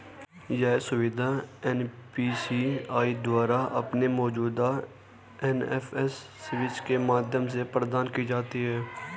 यह सुविधा एन.पी.सी.आई द्वारा अपने मौजूदा एन.एफ.एस स्विच के माध्यम से प्रदान की जाती है